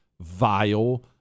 vile